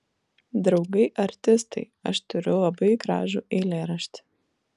draugai artistai aš turiu labai gražų eilėraštį